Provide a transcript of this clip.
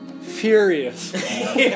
Furious